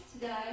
today